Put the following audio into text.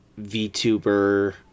VTuber